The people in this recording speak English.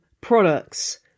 products